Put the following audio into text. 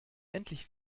endlich